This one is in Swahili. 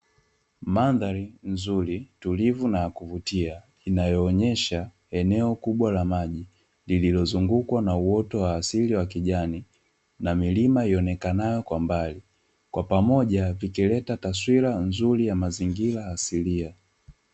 Mandhari nzuri tulivu na ya kuvutia, inayoonyesha eneo kubwa la maji, lililozungukwa na uoto wa asili wa kijani, na milima ionekanayo kwa mbali. Kwa pamoja vikileta taswira nzuri ya mazingira asilia.